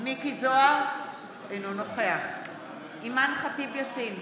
מכלוף מיקי זוהר, אינו נוכח אימאן ח'טיב יאסין,